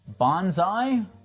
Bonsai